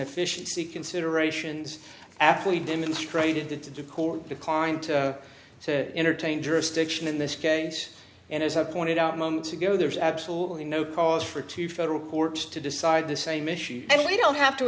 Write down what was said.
efficiency considerations aptly demonstrated that to do court declined to entertain jurisdiction in this case and as i pointed out months ago there's absolutely no cause for two federal courts to decide the same issue and we don't have to